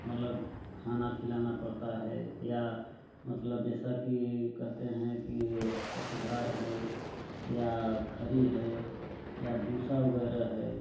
मतलब खाना खिलाना पड़ता है या मतलब जैसा कि कहते हैं कि पशु आहार है या खरी है या भूसा वगैरह है